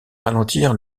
ralentir